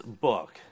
book